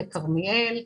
לכרמיאל,